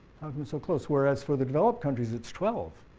so close? whereas, for the developed countries it's twelve,